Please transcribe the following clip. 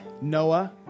Noah